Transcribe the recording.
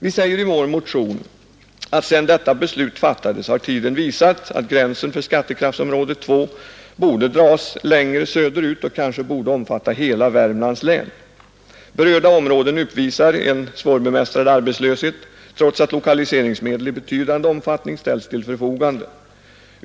Vi säger i vår motion, att sedan detta beslut fattades har tiden visat att gränsen för skattekraftsområde 2 borde dras längre söderut och kanske omfatta hela Värmlands län. Berörda områden uppvisar en svårbemästrad arbetslöshet trots att lokaliseringsmedel i betydande omfattning ställts till förfogande.